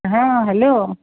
ହଁ ହେଲୋ